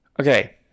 Okay